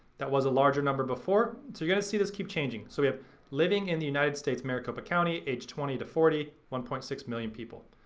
that was a larger number before. so you're gonna see this keep changing. so we have living in the united states, maricopa county, age twenty to forty, one point six million people.